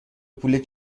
پول